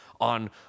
on